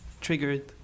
Triggered